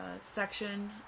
section